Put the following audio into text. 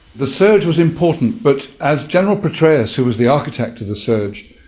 the surge was important but, as general petraeus, who was the architect of the surge,